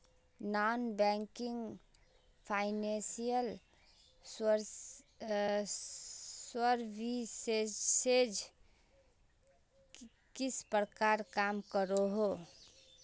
Non banking financial services किस प्रकार काम करोहो?